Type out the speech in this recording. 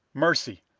mercy!